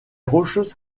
rocheuses